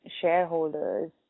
shareholders